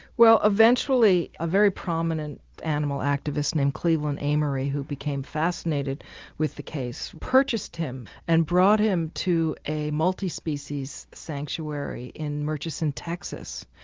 well eventually a very prominent animal activist named cleveland amory, who became fascinated with the case, purchased him and brought him to a multi-species sanctuary in murchison, texas.